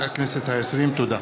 תודה.